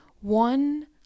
one